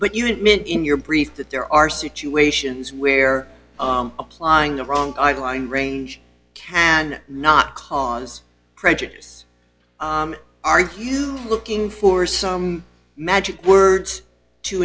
but you don't mean in your brief that there are situations where applying the wrong guy line range can not cause prejudice are you looking for some magic words to